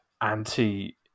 anti